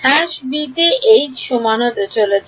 b তে সমান হতে চলেছে